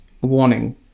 warning